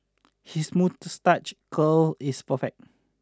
his moustache curl is perfect